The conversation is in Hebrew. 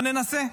אבל ננסה.